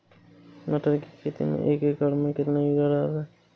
मटर की खेती में एक एकड़ में कितनी यूरिया डालें?